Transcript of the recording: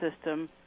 system